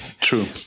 True